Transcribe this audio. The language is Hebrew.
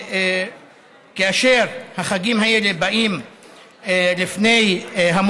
כאשר החגים האלה באים לפני התשלום,